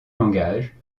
langage